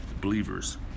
believers